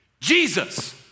Jesus